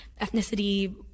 ethnicity